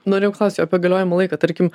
norėjau klaust apie galiojimo laiką tarkim